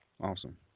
Awesome